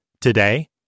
Today